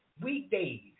weekdays